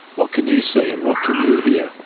what can you see and what can you hear?